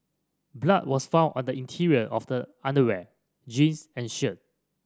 blood was found on the interior of the underwear jeans and shirt